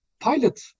pilot